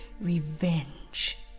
revenge